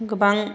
गोबां